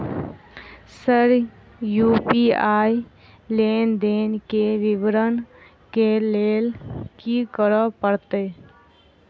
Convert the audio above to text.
Sir UPI लेनदेन केँ विवरण केँ लेल की करऽ परतै?